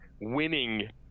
winning